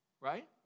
Right